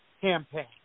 campaign